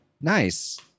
Nice